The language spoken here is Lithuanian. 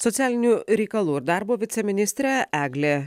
socialinių reikalų ir darbo viceministrė eglė